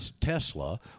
tesla